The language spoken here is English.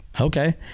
okay